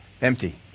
Empty